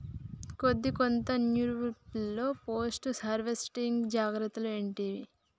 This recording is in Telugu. కందికోత నుర్పిల్లలో పోస్ట్ హార్వెస్టింగ్ జాగ్రత్తలు ఏంటివి?